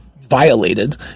violated